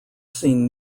seen